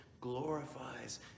glorifies